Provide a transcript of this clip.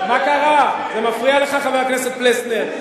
מה קרה, זה מפריע לך, חבר הכנסת פלסנר?